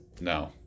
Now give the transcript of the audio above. No